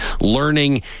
learning